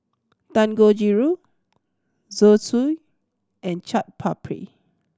Dangojiru Zosui and Chaat Papri